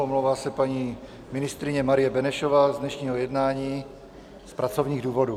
Omlouvá se paní ministryně Marie Benešová z dnešního jednání z pracovních důvodů.